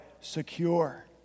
secure